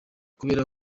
kubera